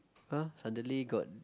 !huh! suddenly got